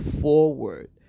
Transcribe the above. forward